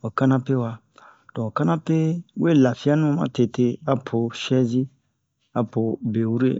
ho kanape wa donk ho kanape wa donk ho kanape we lafiya nu matete apo shɛzi apo be wure